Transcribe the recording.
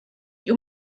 die